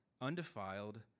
undefiled